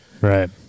Right